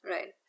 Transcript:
Right